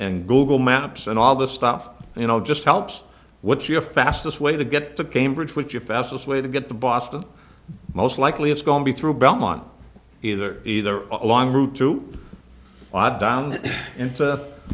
and google maps and all the stuff you know just helps what's your fastest way to get to cambridge with your fastest way to get to boston most likely it's going to be through belmont either either a long route through la donna and